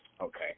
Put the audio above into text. okay